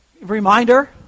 reminder